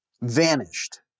Vanished